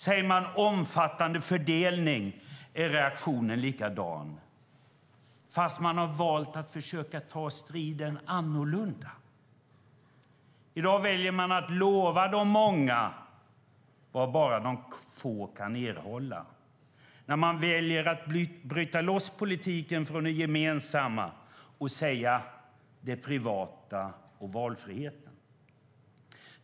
Säger man "omfattande fördelning" är reaktionen likadan. Man har dock valt att försöka ta striden på ett annat sätt. I dag väljer man att lova de många vad bara de få kan erhålla. Man väljer att bryta loss politiken från det gemensamma och säga "det privata" och "valfriheten".